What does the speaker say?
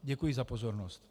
Děkuji za pozornost.